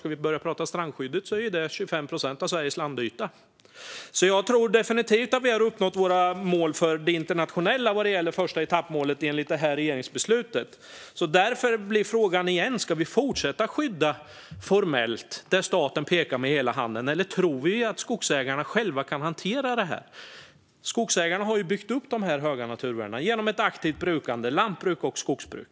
Ska vi börja prata strandskyddet är det 25 procent av Sveriges landyta. Jag tror definitivt att vi har uppnått våra mål för det internationella vad gäller det första etappmålet enligt regeringsbeslutet. Därför blir frågan igen: Ska vi fortsätta att skydda formellt där staten pekar med hela handen, eller tror vi att skogsägarna själva kan hantera det? Skogsägarna har byggt upp de höga naturvärdena genom ett aktivt brukande av lantbruk och skogsbruk.